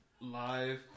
live